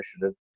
Initiative